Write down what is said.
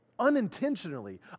Unintentionally